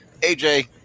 AJ